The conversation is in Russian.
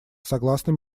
согласно